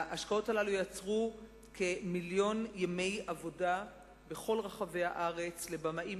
ההשקעות הללו יצרו כמיליון ימי עבודה בכל רחבי הארץ לבמאים,